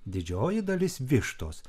didžioji dalis vištos